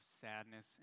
sadness